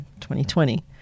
2020